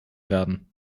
werden